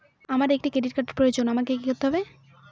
আমার একটি ক্রেডিট কার্ডের প্রয়োজন আমাকে কি করতে হবে?